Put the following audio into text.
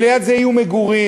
וליד זה יהיו מגורים,